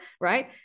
right